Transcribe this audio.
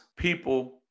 People